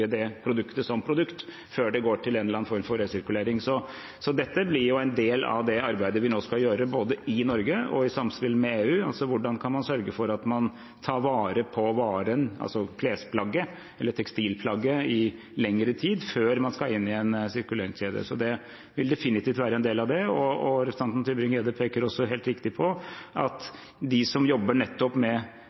produktet som produkt før det går til en eller annen form for resirkulering. Dette blir en del av det arbeidet vi nå skal gjøre, både i Norge og i samspill med EU. Hvordan kan man sørge for at man tar vare på varen, altså klesplagget eller tekstilplagget, i lengre tid før det skal inn i en sirkuleringskjede? Det vil definitivt være en del av det. Representanten Tybring-Gjedde peker også helt riktig på at de som jobber med nettopp